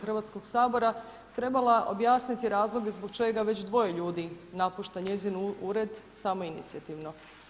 Hrvatskog sabora trebala objasniti razloge zbog čega već dvoje ljudi napušta njezin ured samoinicijativno.